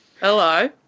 Hello